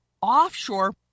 offshore